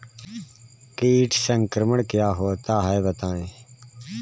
कीट संक्रमण क्या होता है बताएँ?